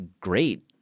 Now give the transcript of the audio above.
great